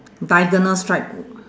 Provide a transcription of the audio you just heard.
diagonal stripe